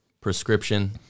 prescription